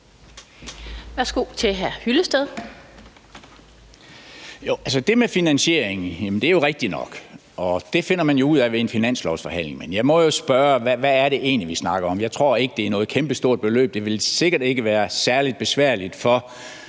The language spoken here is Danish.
Hyllested (EL): Altså, det med finansieringen er jo rigtigt nok, og det finder man jo ud af ved en finanslovsforhandling. Men jeg må jo spørge, hvad det egentlig er, vi snakker om. Jeg tror ikke, det er noget kæmpestort beløb. Det ville sikkert ikke være særlig besværligt for